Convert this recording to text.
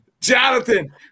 Jonathan